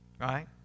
right